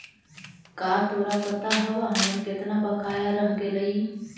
का तोरा पता हवअ हमर केतना बकाया रह गेलइ